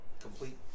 complete